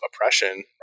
oppression